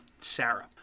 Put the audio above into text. Sarah